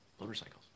motorcycles